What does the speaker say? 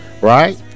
right